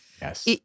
Yes